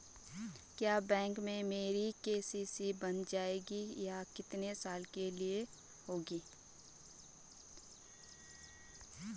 क्या बैंक में मेरी के.सी.सी बन जाएगी ये कितने साल के लिए होगी?